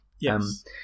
yes